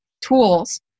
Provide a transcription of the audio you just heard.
tools